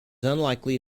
unlikely